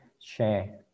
share